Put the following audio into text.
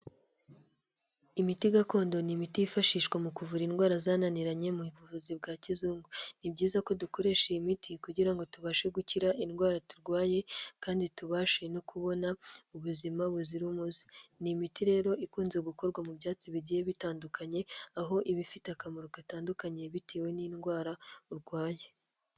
Imiti gakondo ni imiti yifashishwa mu kuvura indwara zananiranye mu buvuzi bwa kizungu ni byiza ko dukoresha iyi miti kugira ngo tubashe gukira indwara turwaye. kandi tubashe no kubona ubuzima buzira umuze. ni imiti rero ikunze gukorwa mu byatsi bigiye bitandukanye aho ibifite akamaro gatandukanye bitewe n'indwara urwaye.